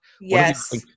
Yes